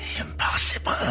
Impossible